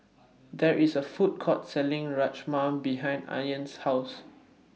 There IS A Food Court Selling Rajma behind Anya's House